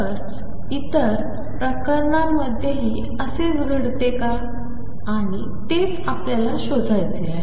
तर इतर प्रकरणांमध्येही असेच काही घडते का आणि तेच आपल्याला शोधायचे आहे